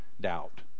doubt